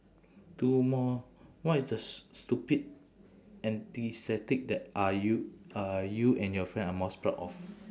two more what is the s~ stupid antics that are you are you and your friend are most proud of